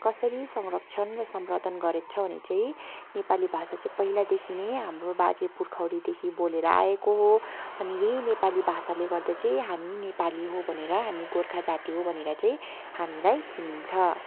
कसरी संरक्षण र संवर्धन गरेको छ भने चाहिँ नेपाली भाषा चाहिँ पहिलादेखि नै हाम्रो बाजे पुर्खैलीदेखि बोलेर आएको हो अनि यही नेपाली भाषाले गर्दा चाहिँ हामी नेपाली हो भनेर हामी गोर्खा जाति हो भनेर चाहिँ हामीलाई चिनिन्छ